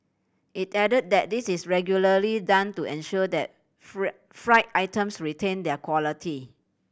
it added that this is regularly done to ensure that fried items retain their quality